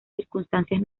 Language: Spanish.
circunstancias